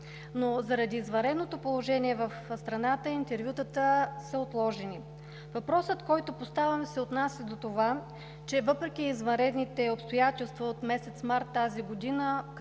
но заради извънредното положение в страната интервютата са отложени. Въпросът, който поставяме, се отнася до това, че въпреки извънредните обстоятелства от месец март тази година,